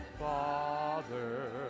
Father